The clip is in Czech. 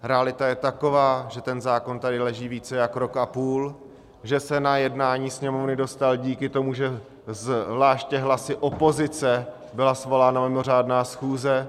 Realita je taková, že ten zákon tady leží více jak rok a půl, že se na jednání Sněmovny dostal díky tomu, že zvláště hlasy opozice byla svolána mimořádná schůze.